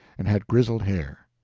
and had grizzled hair.